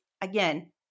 again